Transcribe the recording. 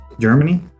Germany